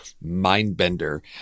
mind-bender